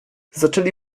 zaczęli